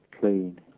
clean